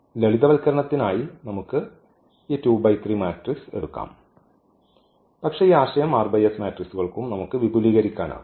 അതിനാൽ ലളിതവൽക്കരണത്തിന് ആയി നമുക്ക് ഈ മാട്രിക്സ് എടുക്കാം പക്ഷേ ഈ ആശയം മെട്രിക്സുകൾക്കും നമുക്ക് വിപുലീകരിക്കാം